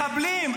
מחבלים,